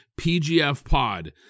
PGFPOD